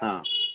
ಹಾಂ